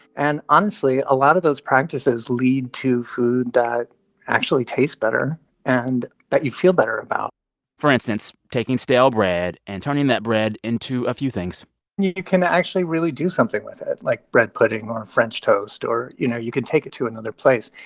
and honestly, a lot of those practices lead to food that actually tastes better and that you feel better about for instance, taking stale bread and turning that bread into a few things you you can actually really do something with it, like bread pudding or french toast. or, you know, you can take it to another place,